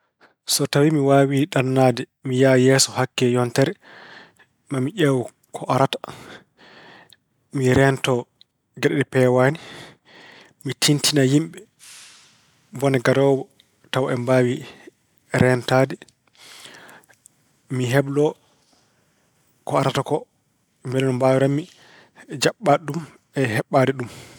So tawi mi waawii ɗannaade, mi yaha yeeso hakke yontere. Maa mi ƴeew ko arata. Mi reentoo geɗe ɗe peewaani. Mi tintina yimɓe bone garoowo tawa aɓe mbaawi reentaade. Mi heblo ko arata ko mbele no mbaawiran-mi jaɓɓaade ɗum e heɓɓaade ɗum.